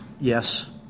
yes